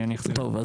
טוב,